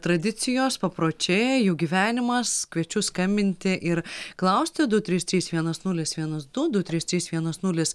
tradicijos papročiai jų gyvenimas kviečiu skambinti ir klausti du trys trys vienas nulis vienas du du trys trys vienas nulis